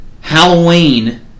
Halloween